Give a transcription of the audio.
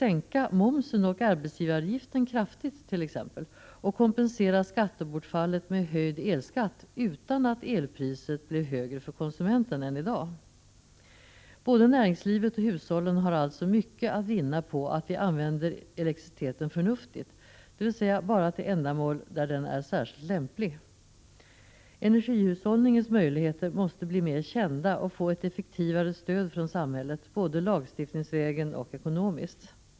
sänka momsen och arbetsgivaravgiften kraftigt och kompensera skattebortfallet med höjd elskatt, utan att elpriset blev högre för konsumenten än i dag. Både näringslivet och hushållen har alltså mycket att vinna på att vi använder elektriciteten förnuftigt, dvs. bara till ändamål där den är särskilt lämplig. Energihushållningens möjligheter måste bli mer kända och få ett effektivare stöd från samhället, både lagstiftningsvägen och ekonomiskt.